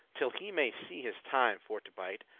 till he may see his time for to bite,